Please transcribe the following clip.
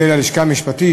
וללשכה המשפטית,